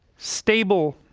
stable